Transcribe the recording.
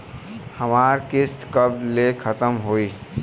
हमार किस्त कब ले खतम होई?